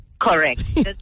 Correct